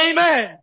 Amen